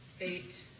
eight